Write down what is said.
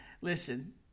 Listen